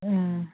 ആ